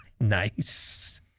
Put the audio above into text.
Nice